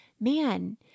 man